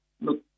look